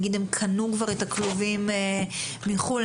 הם למשל כבר קנו את הכלובים מחוץ לארץ?